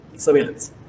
Surveillance